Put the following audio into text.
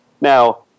Now